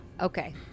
Okay